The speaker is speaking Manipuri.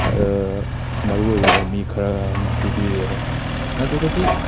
ꯃꯔꯨꯑꯣꯏꯕ ꯃꯤ ꯈꯔꯅ ꯄꯤꯕꯤꯔꯤ ꯑꯗꯨꯝ ꯑꯗꯨꯗꯒꯤ